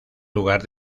lugar